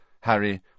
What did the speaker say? Harry